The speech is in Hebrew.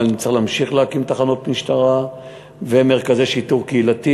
אבל נצטרך להמשיך להקים תחנות משטרה ומרכזי שיטור קהילתי,